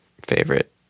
favorite